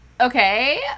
okay